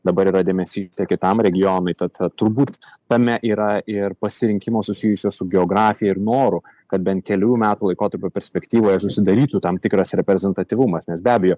dabar yra dėmesy kitam regionui tad turbūt tame yra ir pasirinkimo susijusio su geografija ir noru kad bent kelių metų laikotarpio perspektyvoje susidarytų tam tikras reprezentatyvumas nes be abejo